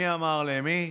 מי אמר למי?